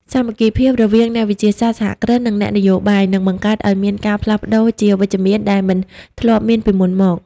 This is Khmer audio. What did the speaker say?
សាមគ្គីភាពរវាងអ្នកវិទ្យាសាស្ត្រ សហគ្រិន និងអ្នកនយោបាយ នឹងបង្កើតឱ្យមានការផ្លាស់ប្តូរជាវិជ្ជមានដែលមិនធ្លាប់មានពីមុនមក។